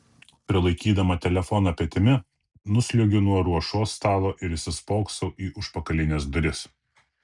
prilaikydama telefoną petimi nusliuogiu nuo ruošos stalo ir įsispoksau į užpakalines duris